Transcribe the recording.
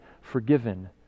forgiven